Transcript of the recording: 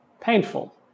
painful